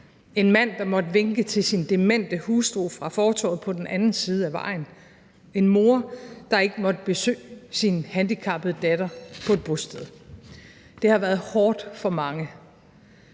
en mand måtte vinke til sine demente hustru fra fortovet på den anden side af vejen; en mor måtte ikke besøge sin handicappede datter på et bosted. Det har været hårdt for mange